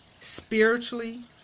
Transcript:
spiritually